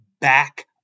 back